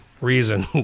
reason